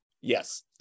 Yes